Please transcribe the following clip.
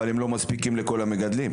אבל הם לא מספיקים לכל המגדלים.